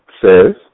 says